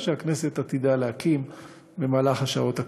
שהכנסת עתידה להקים במהלך השעות הקרובות.